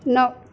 نو